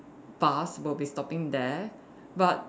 bus will be stopping there but